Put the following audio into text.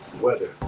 weather